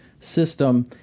system